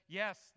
yes